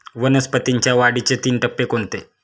वनस्पतींच्या वाढीचे तीन टप्पे कोणते?